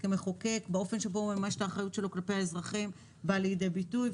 כמחוקק באופן שבו הוא מממש את האחריות שלו כלפי האזרחים בא לידי ביטוי.